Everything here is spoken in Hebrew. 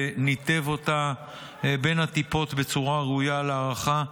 וניתב אותה בין הטיפות בצורה ראויה להערכה,